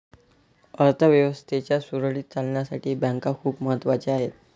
अर्थ व्यवस्थेच्या सुरळीत चालण्यासाठी बँका खूप महत्वाच्या आहेत